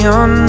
on